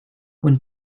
when